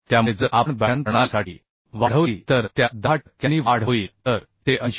त्यामुळे जर आपण बॅटन प्रणालीसाठी वाढवली तर त्यात 10 टक्क्यांनी वाढ होईल तर ते 80